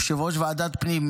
יושב-ראש ועדת הפנים,